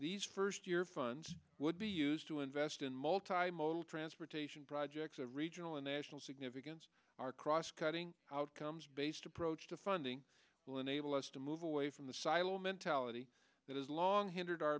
these first year funds would be used to invest in multilingual transportation projects a regional and national significance are cross cutting outcomes based approach to funding will enable us to move away from the silo mentality that has long hindered our